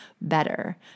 better